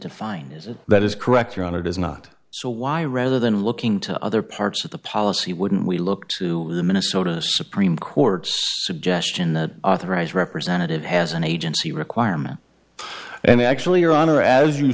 defined as that is correct your honor does not so why rather than looking to other parts of the policy wouldn't we look to the minnesota supreme court suggestion that authorized representative has an agency requirement and actually your honor as you